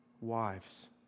wives